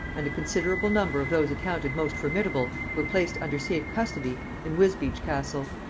and a considerable number of those accounted most formidable were placed under safe custody in wisbeach-castle.